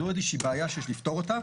זאת בעיה שיש לפתור אותה.